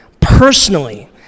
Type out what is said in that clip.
personally